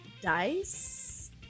Dice